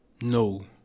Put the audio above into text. No